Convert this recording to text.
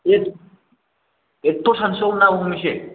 ए एत्थ' सानसुआव ना हमहैनोसै